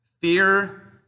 fear